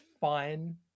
fine